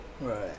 right